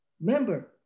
remember